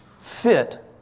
fit